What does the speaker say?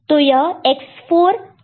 तो यह X4 bits और Y4 बिट्स है